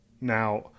now